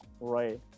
right